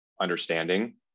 understanding